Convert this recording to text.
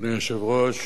אדוני היושב-ראש,